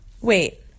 wait